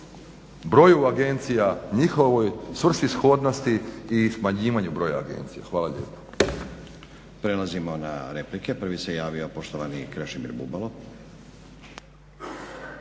broju agencija, njihovoj svrsishodnosti i smanjivanju broja agencija. Hvala lijepo.